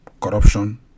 corruption